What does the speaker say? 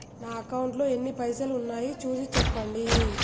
నా అకౌంట్లో ఎన్ని పైసలు ఉన్నాయి చూసి చెప్పండి?